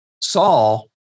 Saul